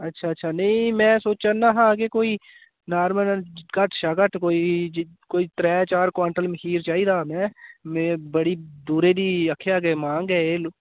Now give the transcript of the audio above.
अच्छा अच्छा निं में सोच्चा ना हा कि कोई नार्मल घट्ट शा घट्ट कोई कोई त्रैऽ चार क्वांटल मखीर चाहिदा में में बड़ी दूरै दी आक्खेआ के मांग ऐ एह्